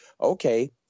okay